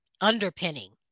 underpinning